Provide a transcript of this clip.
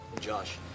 Josh